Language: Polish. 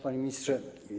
Panie Ministrze!